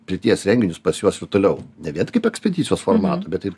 pirties renginius pas juos ir toliau ne vien tik kaip ekspedicijos formato bet ir